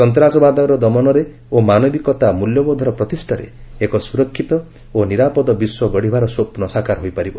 ସନ୍ତ୍ରାସବାଦର ଦମନରେ ଓ ମାନବିକତା ମୂଲ୍ୟବୋଧର ପ୍ରତିଷ୍ଠାରେ ଏକ ସୁରକ୍ଷିତ ଓ ନିରାପଦ ବିଶ୍ୱ ଗଢ଼ିବାର ସ୍ୱପ୍ନ ସାକାର ହୋଇପାରିବ